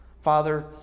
Father